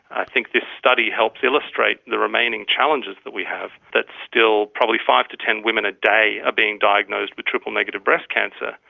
i think this study helps illustrate the remaining challenges that we have that still probably five to ten women a day are being diagnosed with triple-negative breast cancer,